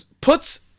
puts